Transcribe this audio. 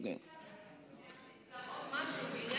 אם אפשר להמליץ גם עוד משהו בעניין: